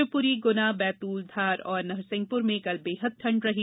शिवपुरी गुना बैतुल धार और नरसिंहपुर में कल बेहद ठंड रही